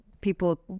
people